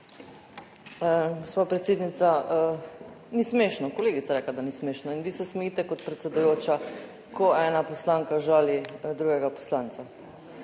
Gospa predsednica, ni smešno. Kolegica rekla, da ni smešno in vi se smejite kot predsedujoča, ko ena poslanka žali drugega poslanca.